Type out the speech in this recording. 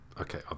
okay